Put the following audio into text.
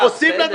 אין כזה חוק,